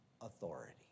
authority